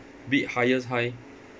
bid highest high